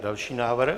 Další návrh.